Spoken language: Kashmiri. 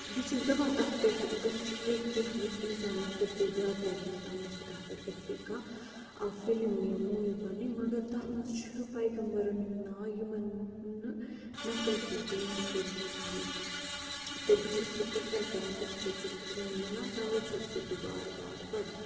بہٕ چھَس دَپان تَتھ پٮ۪ٹھ گژھِ ہے کینٛہہ یُس اِنسانَس گژھِ ہے زیادٕ تَرِ ہے سَمٕجھ کہِ تَتھ پٮ۪ٹھ گَژھِ ہے کانٛہہ آ فِلم یا موٗوی پَنٕنۍ مگر تَتھ منٛز چھُ پایغمبَرَن ہُنٛد ناو یِمَن ہُنٛد نہٕ نَقٕل ہیٚکہِ دُنیا کٔرِتھ کِہیٖنۍ تہٕ بہٕ چھَس سُہ پرٛٮ۪فَر کَران تمہِ سۭتۍ چھُ سکوٗن مِلان تَوَے چھَس بہٕ سُہ بار بار پَران